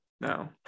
No